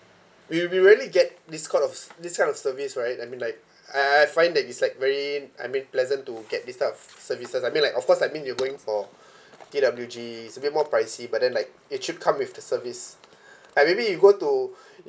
we we rarely get this kind of this kind of service right I mean like I I find that it's like very I mean pleasant to get this type of services I mean like of course I mean you're going for K_W_G it's a bit more pricey but then like it should come with the service like maybe you go to